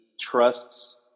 trusts